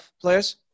players